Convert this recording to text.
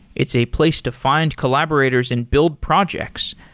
it's a place to find collaborators and build projects.